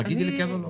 תגידי כן או לא.